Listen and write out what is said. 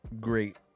great